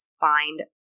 find